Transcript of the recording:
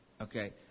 Okay